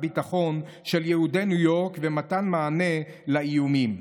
הביטחון של יהודי ניו יורק ומתן מענה לאיומים.